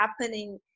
happening